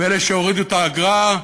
ואלה שהורידו את האגרה,